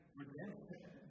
redemption